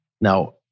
Now